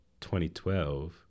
2012